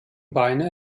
beine